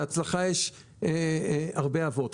להצלחה הרבה אבות.